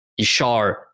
Ishar